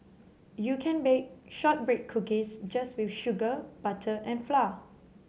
you can bake shortbread cookies just with sugar butter and flour